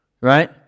Right